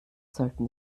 sollten